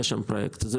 יהיה שם פרויקט, שימו לב.